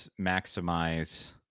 maximize